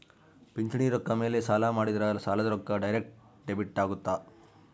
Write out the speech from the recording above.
ಪಿಂಚಣಿ ರೊಕ್ಕ ಮೇಲೆ ಸಾಲ ಮಾಡಿದ್ರಾ ಸಾಲದ ರೊಕ್ಕ ಡೈರೆಕ್ಟ್ ಡೆಬಿಟ್ ಅಗುತ್ತ